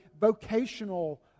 vocational